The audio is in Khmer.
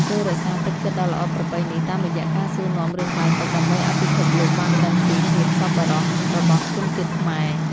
ចូររក្សាទឹកចិត្តដ៏ល្អប្រពៃនេះតាមរយៈការសួរនាំរឿងបាយទឹកដើម្បីឱ្យពិភពលោកបានដឹងពីភាពសប្បុរសរបស់ជនជាតិខ្មែរ។